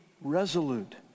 resolute